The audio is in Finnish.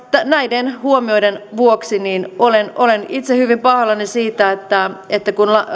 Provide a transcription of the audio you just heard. näiden huomioiden vuoksi olen olen itse hyvin pahoillani siitä että että kun